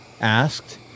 asked